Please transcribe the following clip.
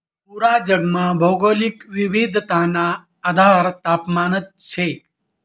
पूरा जगमा भौगोलिक विविधताना आधार तापमानच शे